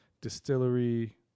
distillery